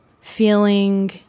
feeling